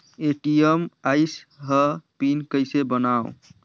ATM आइस ह pin कइसे बनाओ?